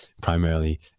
primarily